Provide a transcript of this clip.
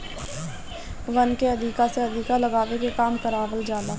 वन के अधिका से अधिका लगावे के काम करवावल जाला